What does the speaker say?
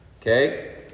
okay